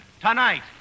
Tonight